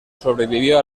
sobrevivió